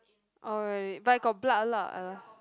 orh really but it got blood lah